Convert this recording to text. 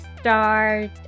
start